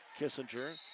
Kissinger